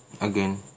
Again